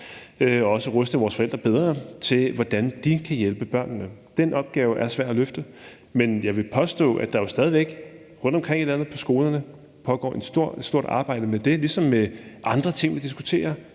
og også ruste forældrene bedre til at hjælpe børnene. Den opgave er svær at løfte, men jeg vil påstå, at der jo stadig væk rundtomkring i landet på skolerne pågår et stort arbejde med det ligesom med andre ting, vi diskuterer.